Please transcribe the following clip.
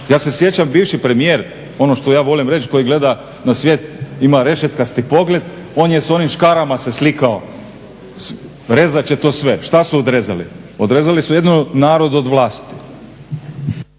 Ja se sjećam, bivši premijer, ono što ja volim reći koji gleda na svijet, ima rešetkasti pogled, on je s onim škarama se slikao, rezat će to sve. Šta su odrezali? Odrezali su jedino narod od vlasti.